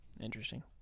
Interesting